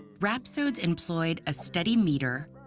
rhapsodes employed a steady meter,